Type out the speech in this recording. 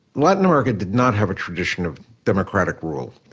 latin america did not have a tradition of democratic rule.